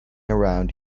around